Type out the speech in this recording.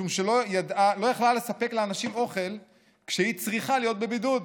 משום שלא יכלה לספק לאנשים אוכל כשהיא צריכה להיות בבידוד.